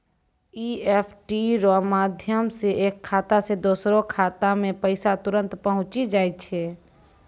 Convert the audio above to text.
EFT रो माध्यम से एक खाता से दोसरो खातामे पैसा तुरंत पहुंचि जाय छै